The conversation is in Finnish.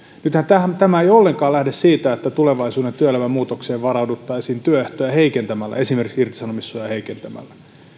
suuri ristiriita nythän tämä ei ollenkaan lähde siitä että tulevaisuuden työelämän muutokseen varauduttaisiin työehtoja heikentämällä esimerkiksi irtisanomissuojaa heikentämällä